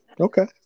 Okay